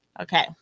okay